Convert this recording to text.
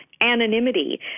anonymity